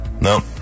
No